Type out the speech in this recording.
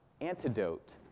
antidote